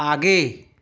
आगे